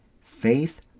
faith